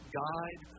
guide